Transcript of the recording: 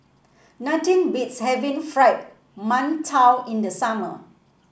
nothing beats having Fried Mantou in the summer